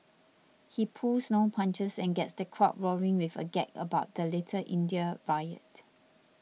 he pulls no punches and gets the crowd roaring with a gag about the Little India riot